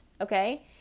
okay